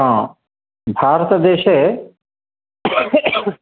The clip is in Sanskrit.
भारतदेशे